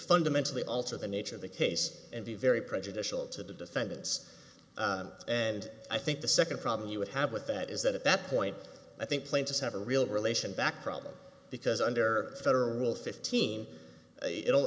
fundamentally alter the nature of the case and be very prejudicial to the defendants and i think the second problem you would have with that is that at that point i think plaintiffs have a real relation back problem because under federal rule fifteen